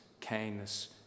kindness